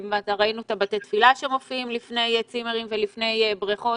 ראינו שבתי התפילה מופיעים לפני צימרים ובריכות.